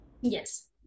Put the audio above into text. yes